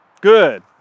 Good